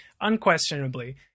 Unquestionably